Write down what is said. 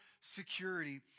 security